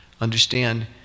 Understand